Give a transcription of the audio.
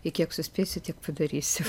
ir kiek suspėsiu tiek padarysiu